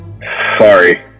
Sorry